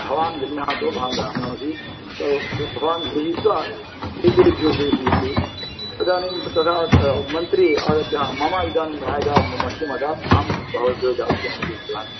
भवान् गृह्णातु भवान् ब्राह्मणोसि भवान् गृहीत्वा एतेभ्यो देहीति तदानीं तदा मन्त्री आगत्य मम इदानीं राजा मम मह्यमदात् अहं भवद्भ्यो दास्यामीति उक्तवान्